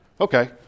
Okay